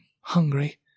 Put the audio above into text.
hungry